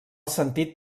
sentit